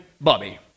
Bobby